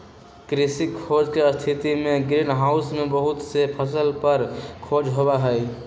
कृषि खोज के स्थितिमें ग्रीन हाउस में बहुत से फसल पर खोज होबा हई